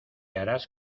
harás